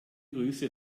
grüße